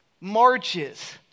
marches